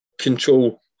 Control